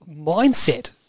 mindset